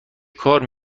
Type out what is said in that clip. کار